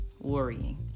worrying